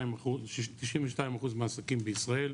92% מהעסקים בישראל,